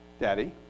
Daddy